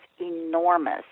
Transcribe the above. enormous